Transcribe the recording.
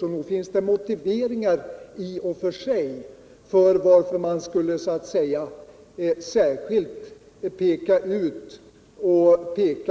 Så nog finns det i och för sig motivering för att särskilt peka